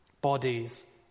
Bodies